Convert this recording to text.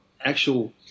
actual